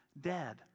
dead